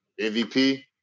MVP